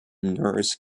nurse